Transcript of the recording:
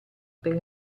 per